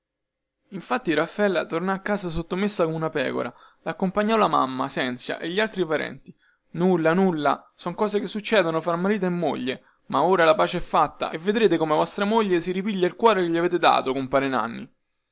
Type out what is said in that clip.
infine raffaela tornò a casa sottomessa come una pecora laccompagnò la mamma sènzia e gli altri parenti nulla nulla son cose che succedono fra marito e moglie ma ora la pace è fatta e vedrete come vostra moglie si ripiglia il cuore che gli avete dato compare nanni